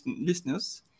listeners